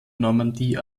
normandie